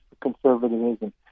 conservatism